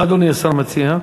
מה אדוני השר מציע?